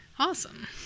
Awesome